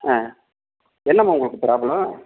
ஆ என்னம்மா உங்களுக்கு ப்ராப்ளம்